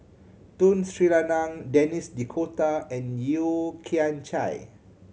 Tun Sri Lanang Denis D'Cotta and Yeo Kian Chye